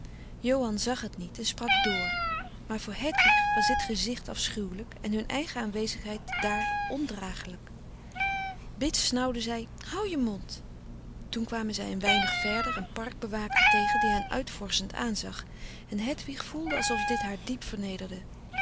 johan zag het niet en sprak dr maar voor hedwig was dit gezicht afschuwelijk en hun eigen aanwezigheid daar ondragelijk bits snauwde zij hou je mond toen kwamen zij een weinig verder een park bewaker tegen die hen uitvorschend aanzag en hedwig voelde alsof dit haar diep vernederde